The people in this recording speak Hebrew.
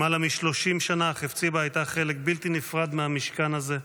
למעלה מ-30 שנה חפציבה הייתה חלק בלתי נפרד מהמשכן הזה.